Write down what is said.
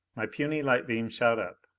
my puny light beam shot up.